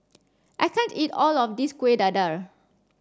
I can't eat all of this Kueh Dadar